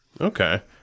Okay